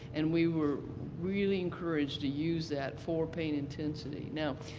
and we were really encouraged to use that for pain intensity. now,